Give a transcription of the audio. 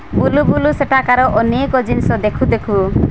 ବୁଲୁବୁଲୁ ସେଠିକାର ଅନେକ ଜିନିଷ ଦେଖୁ ଦେଖୁ